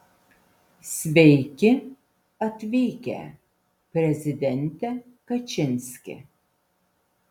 sveiki atvykę prezidente kačinski